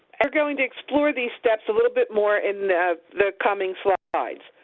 we're going to explore these steps a little bit more in the coming slides.